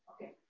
Okay